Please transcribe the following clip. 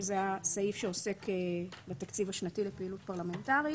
שזה הסעיף שעוסק בתקציב השנתי לפעילות פרלמנטרית.